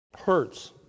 hurts